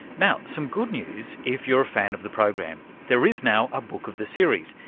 now, some good news if you're a fan of the program there is now a book of the series.